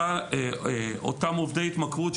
עם אותם עובדי התמכרות,